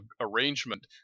arrangement